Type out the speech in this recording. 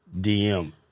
DM